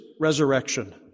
resurrection